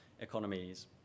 economies